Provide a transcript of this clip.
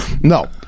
no